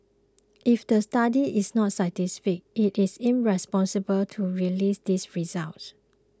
if the study is not scientific it is irresponsible to release these results